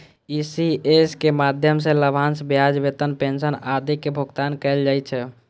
ECS के माध्यम सं लाभांश, ब्याज, वेतन, पेंशन आदिक भुगतान कैल जाइ छै